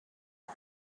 had